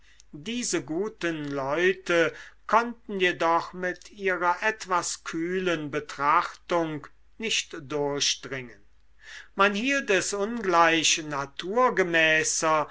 diese guten leute konnten jedoch mit ihrer etwas kühlen betrachtung nicht durchdringen man hielt es ungleich